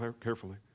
carefully